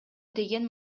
деген